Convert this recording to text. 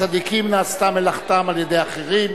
צדיקים, נעשתה מלאכתם על-ידי אחרים.